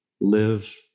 live